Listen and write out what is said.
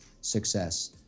success